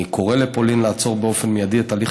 אני קורא לפולין לעצור באופן מיידי את הליך